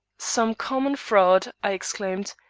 some common fraud, i exclaimed.